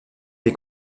des